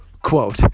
quote